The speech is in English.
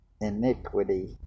iniquity